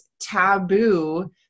taboo